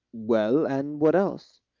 well and what else?